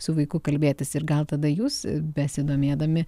su vaiku kalbėtis ir gal tada jūs besidomėdami